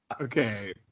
Okay